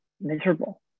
miserable